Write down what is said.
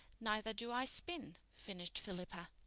neither do i spin, finished philippa.